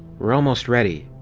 we're almost ready.